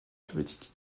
alphabétique